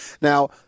Now